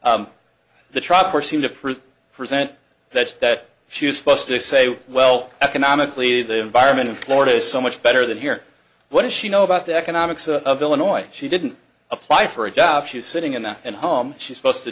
home the truck or seem to prove present that she was supposed to say well economically the environment in florida is so much better than here what does she know about the economics of illinois she didn't apply for a job she was sitting enough and home she's supposed to